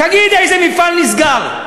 תגיד איזה מפעל נסגר.